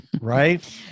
right